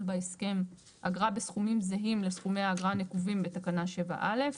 בהסכם אגרה בסכומים זהים לסכומי האגרה הנקובים בתקנה 7(א).